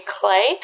Clay